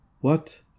What